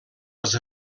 els